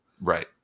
Right